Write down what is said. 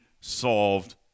solved